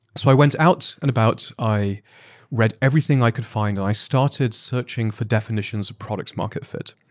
so i went out and about, i read everything i could find, i started searching for definitions of product market fit.